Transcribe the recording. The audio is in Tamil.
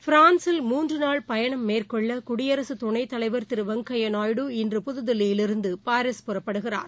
பிரான்ஸில் மூன்றுநாள் பயணம் மேற்கொள்ளகுடியரசுத் துணைத்தலைவர் திருவெங்கையாநாயுடு இன்று புதுதில்லியிலிருந்தபாரீஸ் புறப்படுகிறாா